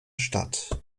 stadt